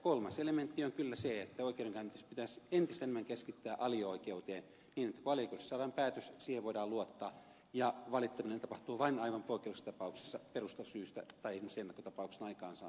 kolmas elementti on kyllä se että oikeudenkäynnit pitäisi entistä enemmän keskittää alioikeuteen niin että kun alioikeudessa saadaan päätös siihen voidaan luottaa ja valittaminen tapahtuu vain aivan poikkeuksellisissa tapauksissa perustellusta syystä tai esimerkiksi ennakkotapauksen aikaansaamiseksi